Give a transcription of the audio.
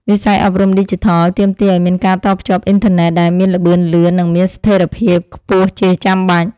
វិស័យអប់រំឌីជីថលទាមទារឱ្យមានការតភ្ជាប់អ៊ិនធឺណិតដែលមានល្បឿនលឿន និងមានស្ថិរភាពខ្ពស់ជាចាំបាច់។